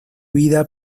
vida